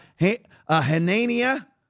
Hanania